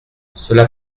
cela